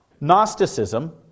Gnosticism